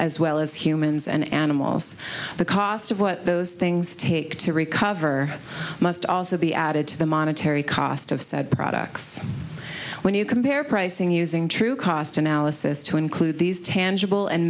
as well as humans and animals the cost of what those things take to recover must also be added to the monetary cost of said products when you compare pricing using true cost analysis to include these tangible and